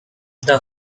the